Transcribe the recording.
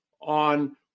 on